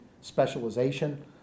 specialization